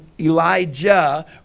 Elijah